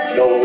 no